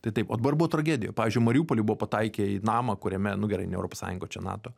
tai taip o dabar buvo tragedija pavyzdžiui mariupoly buvo pataikę į namą kuriame nu gerai ne europos sąjunga čia nato